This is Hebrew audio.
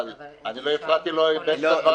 אבל אני לא הפרעתי לו באמצע דבריו,